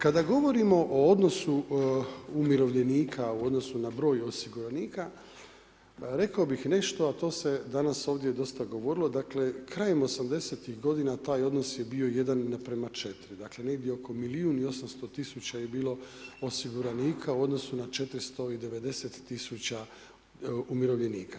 Kada govorimo o odnosu umirovljenika u odnosu na broj osiguranika, rekao bih nešto, a to se danas ovdje dosta govorilo, dakle, krajem 80-tih godina taj odnos je bio 1:4, dakle negdje oko milijun i 800 tisuća je bilo osiguranika u odnosu na 490 000 umirovljenika.